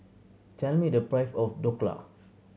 tell me the price of Dhokla